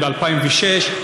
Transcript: ב-2006,